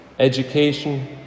education